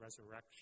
resurrection